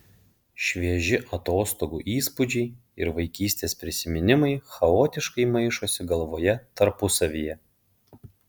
švieži atostogų įspūdžiai ir vaikystės prisiminimai chaotiškai maišosi galvoje tarpusavyje